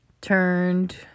turned